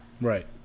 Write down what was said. right